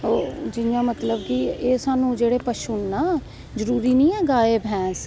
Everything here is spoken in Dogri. जियां मकलव कि एह् जियां पशु न जरूरी नी ऐ गाय भैंस